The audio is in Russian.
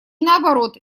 наоборот